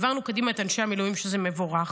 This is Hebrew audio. העברנו קדימה את אנשי המילואים, שזה מבורך,